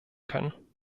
können